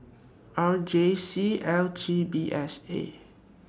R J C L T P S A